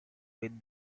with